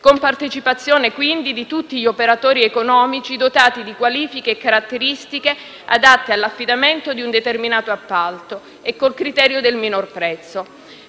con partecipazione quindi di tutti gli operatori economici dotati di qualifiche e caratteristiche adatte all'affidamento di un determinato appalto e con il criterio del minor prezzo.